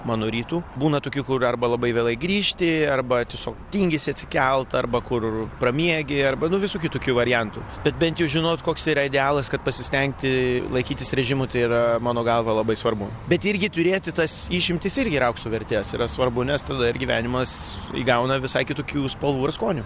mano rytų būna tokių kur arba labai vėlai grįžti arba tiesiog tingisi atsikelt arba kur pramiegi arba nu visokių tokių variantų bet bent jau žinot koks yra idealas kad pasistengti laikytis režimo tai yra mano galva labai svarbu bet irgi turėti tas išimtis irgi yra aukso vertės yra svarbu nes tada gyvenimas įgauna visai kitokių spalvų ir skonių